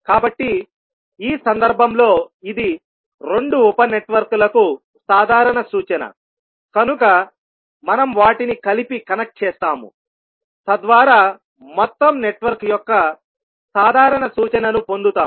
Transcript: కాబట్టి ఈ సందర్భంలో ఇది రెండు ఉప నెట్వర్క్లకు సాధారణ సూచనకనుక మనం వాటిని కలిపి కనెక్ట్ చేస్తాము తద్వారా మొత్తం నెట్వర్క్ యొక్క సాధారణ సూచనను పొందుతాము